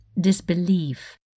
disbelief